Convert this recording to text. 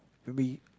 would be